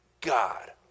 God